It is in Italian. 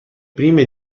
prime